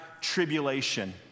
Tribulation